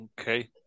Okay